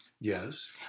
Yes